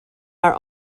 are